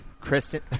Kristen